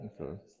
Okay